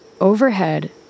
Overhead